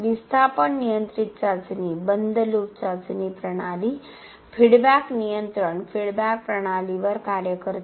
विस्थापन नियंत्रित चाचणी क्लोजड लूप चाचणी प्रणाली फीडबॅक नियंत्रण फीडबॅक प्रणालीवर कार्य करते